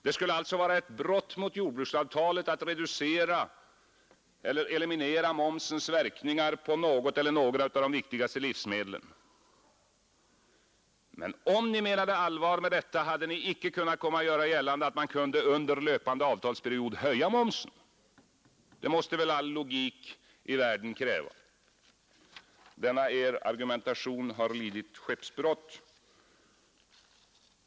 Det skulle alltså vara ett brott mot jordbruksavtalet att eliminera momsens verkningar på något eller några av de viktigaste livsmedlen. Om ni hade menat allvar med detta, hade ni inte kunnat göra gällande att man under löpande avtalsperiod skulle höja momsen. Det måste väl all logik i världen kräva. Er argumentation har lidit skeppsbrott.